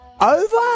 Over